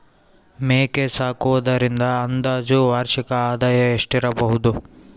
ಮೇಕೆ ಸಾಕುವುದರಿಂದ ಅಂದಾಜು ವಾರ್ಷಿಕ ಆದಾಯ ಎಷ್ಟಿರಬಹುದು?